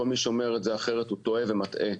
כל מי שאומר אחרת הוא טועה ומטעה.